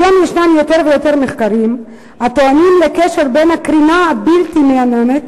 היום ישנם יותר ויותר מחקרים הטוענים לקשר בין הקרינה הבלתי מייננת